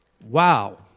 Wow